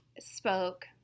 spoke